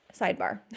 sidebar